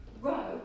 row